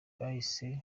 bahise